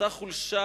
אותה חולשה